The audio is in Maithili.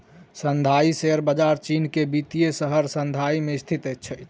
शंघाई शेयर बजार चीन के वित्तीय शहर शंघाई में स्थित अछि